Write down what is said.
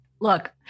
look